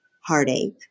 heartache